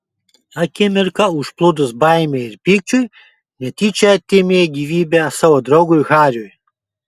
akimirką užplūdus baimei ir pykčiui netyčia atėmė gyvybę savo draugui hariui